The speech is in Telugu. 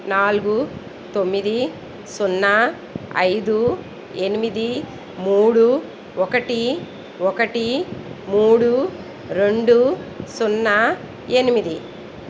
నాలుగు తొమ్మిది సున్నా ఐదు ఎనిమిది మూడు ఒకటి ఒకటి మూడు రెండు సున్నా ఎనిమిది